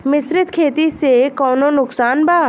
मिश्रित खेती से कौनो नुकसान बा?